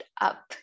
up